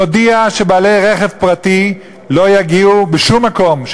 נודיע שבעלי רכב פרטי לא יגיעו לשום מקום.